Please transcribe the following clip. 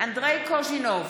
אנדרי קוז'ינוב,